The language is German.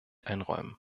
einräumen